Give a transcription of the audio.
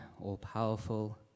all-powerful